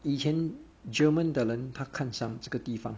以前 german 的人他看上这个地方